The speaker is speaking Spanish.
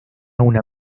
una